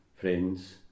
friends